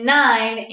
nine